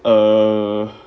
err